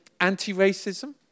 anti-racism